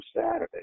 Saturday